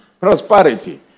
Prosperity